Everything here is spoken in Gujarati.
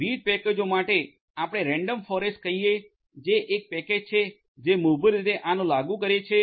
વિવિધ પેકેજો માટે આપણે રેન્ડમ ફોરેસ્ટ કહીએ જે એક પેકેજ છે જે મૂળભૂત રીતે આને લાગુ કરે છે